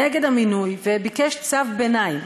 נגד המינוי וביקש צו ביניים.